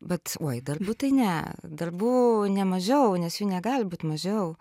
vat oi darbų tai ne darbų ne mažiau nes jų negali būt mažiau